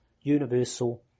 universal